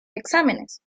exámenes